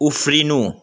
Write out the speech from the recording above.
उफ्रिनु